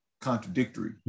contradictory